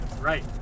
Right